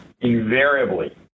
invariably